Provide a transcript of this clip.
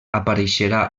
apareixerà